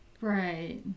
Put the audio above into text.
right